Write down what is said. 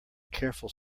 careful